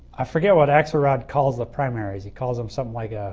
i forget what axlerod calls the primaries. he calls them something like